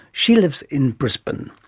she lives in brisbane.